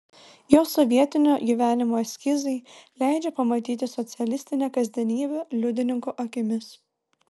jo sovietinio gyvenimo eskizai leidžia pamatyti socialistinę kasdienybę liudininko akimis